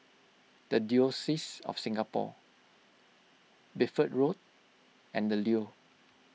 the Diocese of Singapore Bedford Road and the Leo